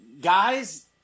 Guys